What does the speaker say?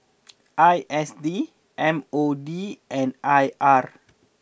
I S D M O D and I R